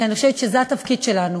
כי אני חושבת שזה התפקיד שלנו,